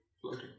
floating